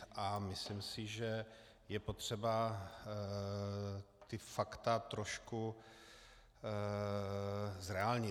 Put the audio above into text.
A myslím si, že je potřeba fakta trošku zreálnit.